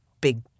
big